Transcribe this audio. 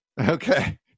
okay